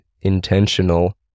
intentional